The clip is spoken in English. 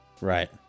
Right